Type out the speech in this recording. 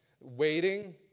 waiting